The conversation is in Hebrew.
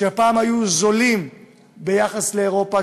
שפעם היו נמוכים ביחס לאירופה,